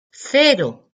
cero